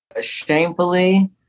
shamefully